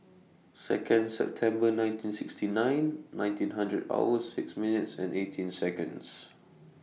Second September nineteen sixty nine nineteen hundred hours six minutes and eighteen Seconds